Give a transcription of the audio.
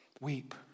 Weep